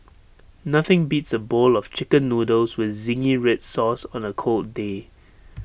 nothing beats A bowl of Chicken Noodles with Zingy Red Sauce on A cold day